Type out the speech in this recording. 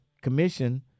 Commission